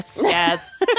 Yes